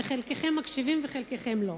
שחלקם מקשיבים וחלקם לא,